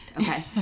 Okay